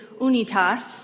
unitas